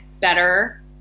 better